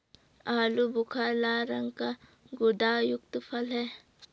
आलू बुखारा लाल रंग का गुदायुक्त फल है